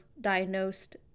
diagnosed